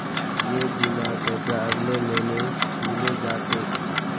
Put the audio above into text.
gap बीमार पैसा अगले महीने मिले जा तोक